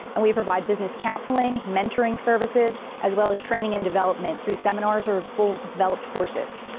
and we provide business counseling, mentoring services, as well as training and development through seminars or full-developed courses.